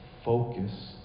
Focus